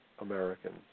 Americans